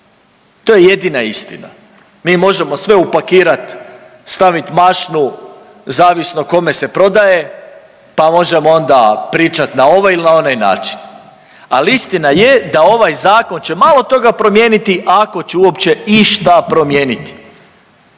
to je jedina istina. Mi možemo sve upakirat, stavit mašnu zavisno kome se prodaje, pa možemo onda pričat na ovaj ili na onaj način, ali istina je da ovaj zakon će malo toga promijeniti ako će uopće išta promijeniti.